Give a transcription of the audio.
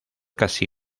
casi